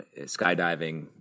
skydiving